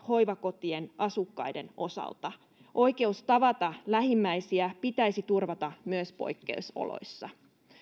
hoivakotien asukkaiden osalta oikeus tavata lähimmäisiä pitäisi turvata myös poikkeusoloissa